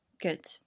good